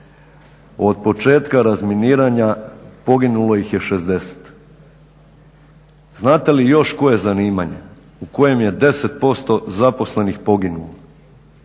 Od početka razminiranja poginulo ih je 60. Znate li još koje zanimanje u kojem je 10% zaposlenih poginulo.